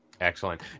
Excellent